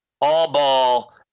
all-ball